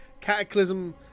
Cataclysm